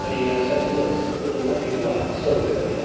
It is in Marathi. आणि याच्यातूनच कुटुंबातील वाद सोडवले जातात